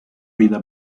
vida